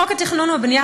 חוק התכנון והבנייה,